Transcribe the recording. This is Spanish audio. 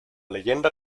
leyenda